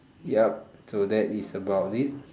yup so that is about it